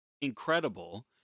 incredible